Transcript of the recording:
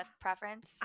preference